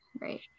Right